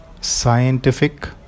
scientific